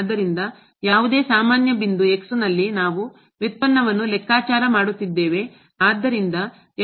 ಆದ್ದರಿಂದ ಯಾವುದೇ ಸಾಮಾನ್ಯ ಬಿಂದು ನಲ್ಲಿ ನಾವು ವ್ಯುತ್ಪನ್ನವನ್ನು ಲೆಕ್ಕಾಚಾರ ಮಾಡುತ್ತಿದ್ದೇವೆ